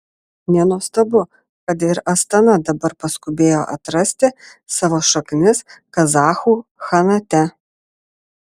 nenuostabu kad ir astana dabar paskubėjo atrasti savo šaknis kazachų chanate